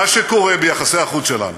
מה שקורה ביחסי החוץ שלנו,